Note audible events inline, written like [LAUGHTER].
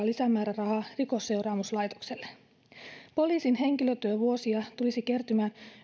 [UNINTELLIGIBLE] lisämäärärahaa rikosseuraamuslaitokselle poliisin henkilötyövuosia tulisi kertymään